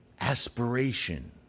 Aspiration